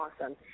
awesome